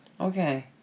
okay